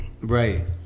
right